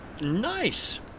Nice